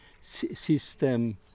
system